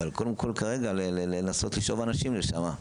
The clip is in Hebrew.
אבל קודם כל כרגע לנסות לשאוב אנשים לשם.